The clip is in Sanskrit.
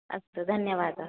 अस्तु धन्यवादाः